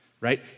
right